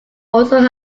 also